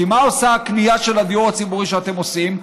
כי מה עושה הקנייה של הדיור הציבורי, שאתם עושים?